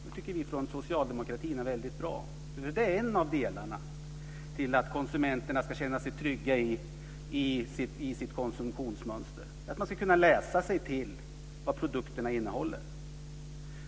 Det tycker vi från socialdemokratin är väldigt bra. Det är en av delarna i att konsumenterna ska känna sig trygga i sitt konsumtionsmönster. Man ska kunna läsa sig till vad produkterna innehåller.